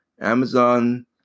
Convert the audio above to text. Amazon